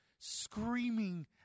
screaming